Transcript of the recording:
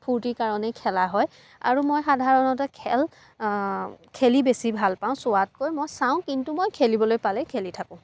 ফূৰ্তিৰ কাৰণেই খেলা হয় আৰু মই সাধাৰণতে খেল খেলি বেছি ভাল পাওঁ চোৱাতকৈ মই চাওঁ কিন্তু মই খেলিবলৈ পালেই খেলি থাকোঁ